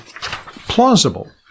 plausible